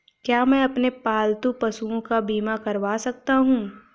क्या मैं अपने पालतू पशुओं का बीमा करवा सकता हूं?